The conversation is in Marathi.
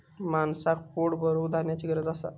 माणसाक पोट भरूक धान्याची गरज असा